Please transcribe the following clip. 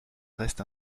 reste